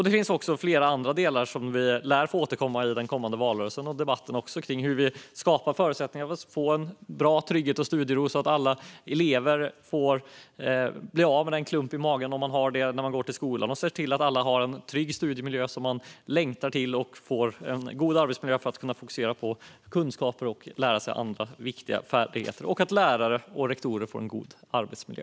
Det finns flera andra delar som vi lär få återkomma till i den kommande valrörelsen. Det gäller bland annat debatten om hur vi skapar förutsättningar för att få en bra trygghet och studiero så att alla elever blir av med den klump i magen som en del har när de går till skolan. Vi måste se till att alla har en trygg studiemiljö som de längtar till och en god arbetsmiljö där de kan fokusera på kunskaper och att lära sig andra viktiga färdigheter. Även lärare och rektorer behöver få en god arbetsmiljö.